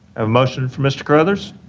a motion from mr. carothers,